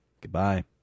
Goodbye